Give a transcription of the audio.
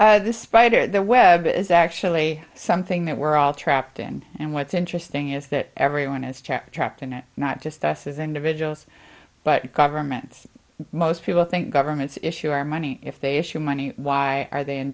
spider the web is actually something that we're all trapped and and what's interesting is that everyone has tapped trapped into not just us as individuals but governments most people think governments issues are money if they issue money why are they